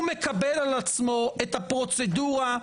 אז אני מבקש: אל תפריע.